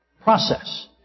process